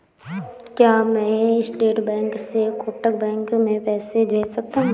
क्या मैं State Bank से कोटक बैंक में पैसे भेज सकता हूँ?